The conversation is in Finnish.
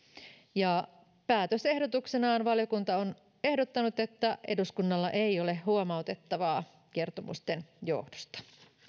päätösehdotuksenaan valiokunta on ehdottanut että eduskunnalla ei ole huomautettavaa kertomusten johdosta